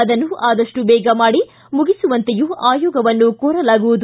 ಅದನ್ನು ಆದಷ್ಟು ಬೇಗ ಮುಗಿಸುವಂತೆಯೂ ಆಯೋಗವನ್ನು ಕೋರಲಾಗುವುದು